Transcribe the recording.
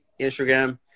Instagram